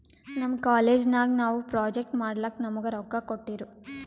ನಮ್ ಕಾಲೇಜ್ ನಾಗ್ ನಾವು ಪ್ರೊಜೆಕ್ಟ್ ಮಾಡ್ಲಕ್ ನಮುಗಾ ರೊಕ್ಕಾ ಕೋಟ್ಟಿರು